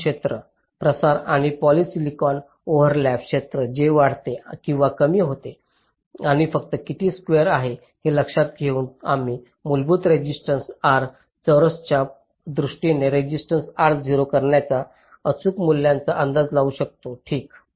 channel क्षेत्र प्रसार आणि पॉलीसिलिकॉन ओव्हरलॅप क्षेत्र जे वाढते किंवा कमी होते आणि फक्त किती स्वेअर आहेत हे लक्षात घेऊन आम्ही मूलभूत रेसिस्टन्स R चौरसच्या दृष्टीने रेसिस्टन्स करण्याच्या अचूक मूल्याचा अंदाज करू शकतो ठीक